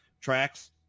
tracks